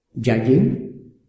judging